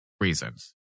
reasons